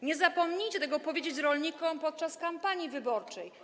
Nie zapomnijcie tego powiedzieć rolnikom podczas kampanii wyborczej.